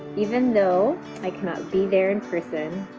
even though i cannot be there in person,